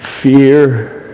fear